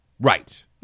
Right